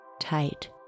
Tight